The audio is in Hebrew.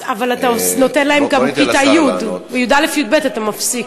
אבל אתה נותן להם גם בכיתה י' ובי"א-י"ב אתה מפסיק.